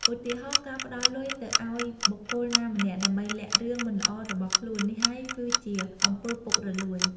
ឧទាហរណ៍ ការផ្តល់លុយទៅឱ្យបុគ្គលណាម្នាក់ ដើម្បីលាក់រឿងមិនល្អរបស់ខ្លួន នេះហើយគឺជាអំពើពុករលួយ។